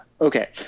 okay